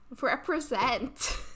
Represent